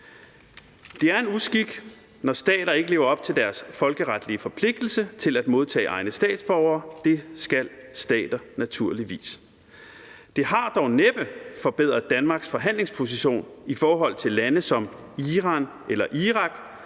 Det er en uskik, når stater ikke lever op til deres folkeretlige forpligtelse til at modtage egne statsborgere. Det skal stater naturligvis gøre. Det har dog næppe forbedret Danmarks forhandlingsposition i forhold til lande som Iran eller Irak,